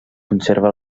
conserva